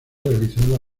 realizado